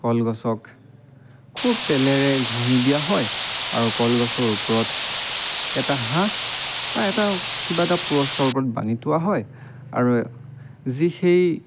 কলগছক খুব তেলেৰে ঘঁহি দিয়া হয় আৰু কলগছৰ ওপৰত এটা হাঁহ বা এটা কিবা এটা পুৰস্কাৰ ওপৰত বান্ধি থোৱা হয় আৰু যি সেই